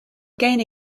again